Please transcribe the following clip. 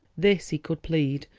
this he could plead,